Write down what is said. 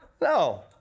No